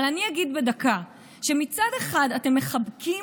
אבל אני אגיד בדקה שמצד אחד אתם מחבקים,